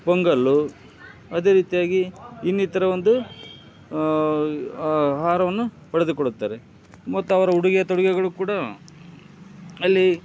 ಪೊಂಗಲ್ಲು ಅದೇ ರೀತಿಯಾಗಿ ಇನ್ನಿತರ ಒಂದು ಆಹಾರವನ್ನು ಪಡೆದುಕೊಳ್ಳುತ್ತಾರೆ ಮತ್ತು ಅವರ ಉಡುಗೆ ತೊಡುಗೆಗಳು ಕೂಡ ಅಲ್ಲಿ